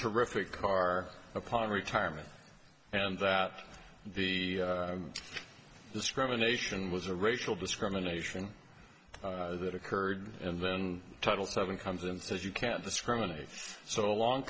terrific car upon retirement and that the discrimination was a racial discrimination that occurred in the title seven comes and says you can't discriminate so long